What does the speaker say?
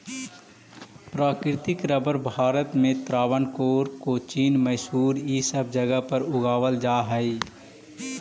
प्राकृतिक रबर भारत में त्रावणकोर, कोचीन, मैसूर इ सब जगह पर उगावल जा हई